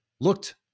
looked